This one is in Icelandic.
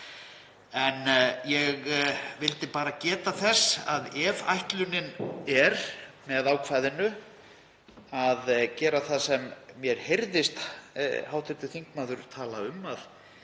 En ég vildi bara geta þess að ef ætlunin með ákvæðinu er að gera það sem mér heyrðist hv. þingmaður tala um, að